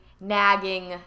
nagging